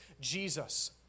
Jesus